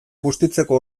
bustitzeko